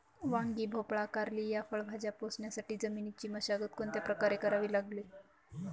वांगी, भोपळा, कारली या फळभाज्या पोसण्यासाठी जमिनीची मशागत कोणत्या प्रकारे करावी लागेल?